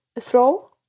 throw